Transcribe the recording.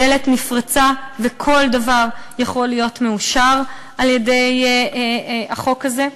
הדלת נפרצה וכל דבר יכול להיות מאושר על-ידי החוק הזה.